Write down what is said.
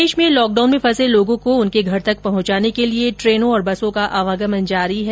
प्रदेश में लॉकडाउन में फंसे लोगों को उनके घर तक पहुंचाने के लिए ट्रेनों और बसों का आवागमन जारी है